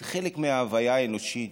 זה חלק מההוויה האנושית.